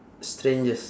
strangest